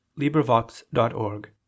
LibriVox.org